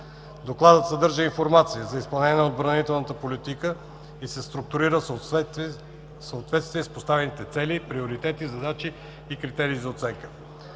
Докладът съдържа информация за изпълнение на отбранителната политика и се структурира в съответствие с поставените цели, приоритети, задачи и критерии за оценка.